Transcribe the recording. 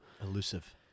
elusive